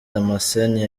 damascene